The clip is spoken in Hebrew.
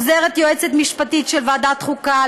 עוזרת ליועצת המשפטית של ועדת החוקה,